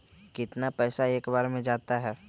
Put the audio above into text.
कितना पैसा एक बार में जाता है?